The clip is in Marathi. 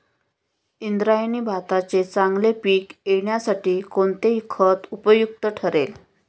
इंद्रायणी भाताचे चांगले पीक येण्यासाठी कोणते खत उपयुक्त ठरेल?